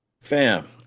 Fam